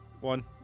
one